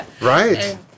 Right